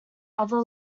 other